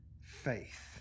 faith